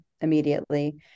immediately